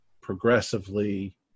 progressively